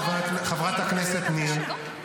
חברת הכנסת ניר,